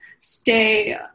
stay